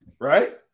right